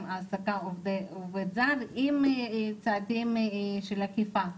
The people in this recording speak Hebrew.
ההעסקה של עובד זר עם צעדים של אכיפה,